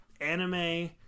anime